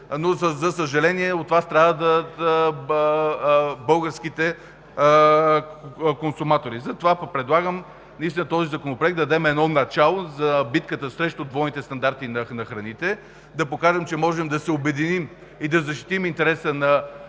и, за съжаление, от това страдат българските консуматори. Затова предлагам с този законопроект наистина да дадем едно начало за битката срещу двойните стандарти на храните, да покажем, че можем да се обединим и да защитим интереса на